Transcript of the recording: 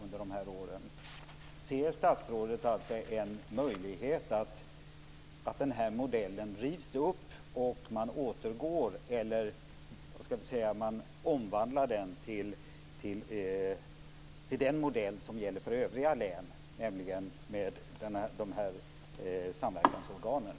Ser statsrådet att det finns en möjlighet att denna modell rivs upp och att man övergår till den modell som gäller för övriga län, nämligen med samverkansorgan?